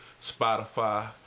Spotify